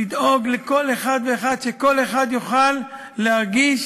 לדאוג לכל אחד ואחד, שכל אחד יוכל להרגיש